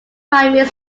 primary